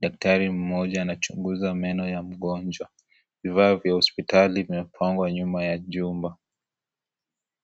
daktari mmoja anachunguza meno ya mgonjwa, vifaa vya hospitali vimepangwa nyuma ya jumba.